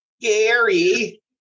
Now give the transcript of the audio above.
Gary